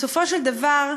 בסופו של דבר,